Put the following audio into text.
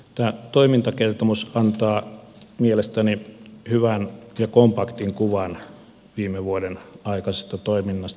tämä toimintakertomus antaa mielestäni hyvän ja kompaktin kuvan viime vuoden aikaisesta toiminnasta